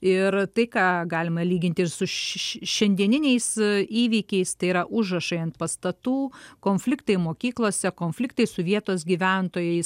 ir tai ką galima lyginti ir su šiandieniniais įvykiais tai yra užrašai ant pastatų konfliktai mokyklose konfliktai su vietos gyventojais